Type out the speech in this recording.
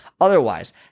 Otherwise